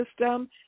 system